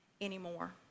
anymore